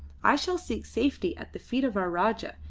i shall seek safety at the feet of our rajah,